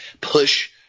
push